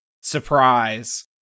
surprise